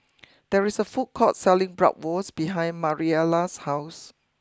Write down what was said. there is a food court selling Bratwurst behind Mariela's house